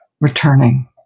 returning